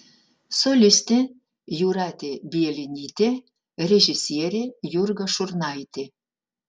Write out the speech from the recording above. solistė jūratė bielinytė režisierė jurga šurnaitė